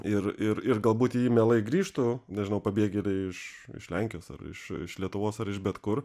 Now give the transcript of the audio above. ir ir ir galbūt į jį mielai grįžtų nežinau pabėgėliai iš iš lenkijos ar iš iš lietuvos ar iš bet kur